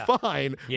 fine